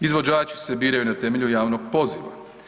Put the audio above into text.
Izvođači se biraju na temelju javnog poziva.